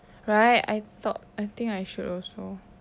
right I thought I think I should also